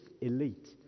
elite